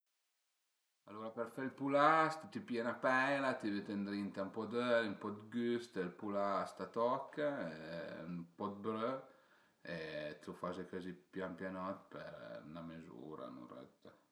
Aloura për fe ël pulast t'i pìe 'na peila, t'i büte ëndrinta ën po d'öli, ën po 'd güst, ël pulast a toch, ën po 'd brö e t'lu faze cözi pian pianot për 'na mezura, 'n'urëtta